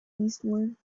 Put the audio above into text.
eastward